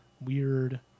Weird